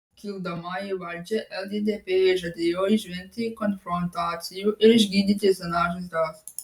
kildama į valdžią lddp žadėjo išvengti konfrontacijų ir išgydyti senas žaizdas